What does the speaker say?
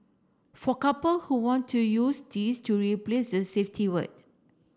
for couple who want to use this to replace the safety word